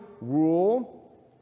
rule